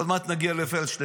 עוד מעט נגיע לפלדשטיין.